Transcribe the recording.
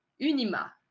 Unima